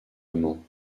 amant